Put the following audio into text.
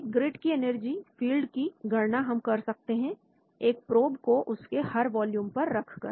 एक ग्रिड की energy field की गणना हम कर सकते हैं एक प्रोब को उसके हर वॉल्यूम पर रखकर